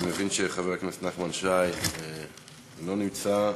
אני מבין שחבר הכנסת נחמן שי לא נמצא,